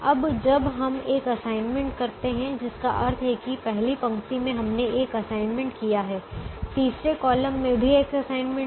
अब जब हम एक असाइनमेंट करते हैं जिसका अर्थ है कि पहली पंक्ति में हमने एक असाइनमेंट किया है तीसरे कॉलम में भी एक असाइनमेंट है